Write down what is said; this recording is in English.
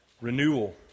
renewal